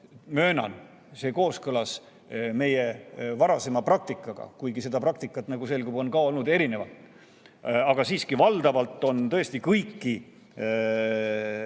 möönan, see kooskõlas meie varasema praktikaga, kuigi seda praktikat, nagu selgub, on ka olnud erinevat. Valdavalt on tõesti kõiki